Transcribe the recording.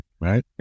right